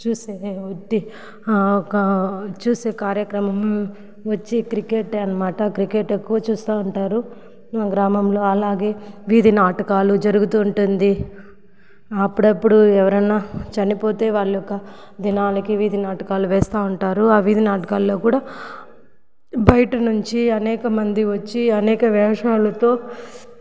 చూసే వృత్తి ఒక చూసే కార్యక్రమం వచ్చే క్రికెట్ అనమాట క్రికెట్ ఎక్కువ చూస్తూ ఉంటారు గ్రామంలో అలాగే వీధి నాటకాలు జరుగుతూ ఉంటుంది అప్పుడప్పుడు ఎవరైనా చనిపోతే వాళ్ళు ఒక దినాలకి వీధి నాటకాలు వేస్తూ ఉంటారు అవి నాటకాల్లో కూడా బయట నుంచి అనేక మంది వచ్చి అనేక వేషాలతో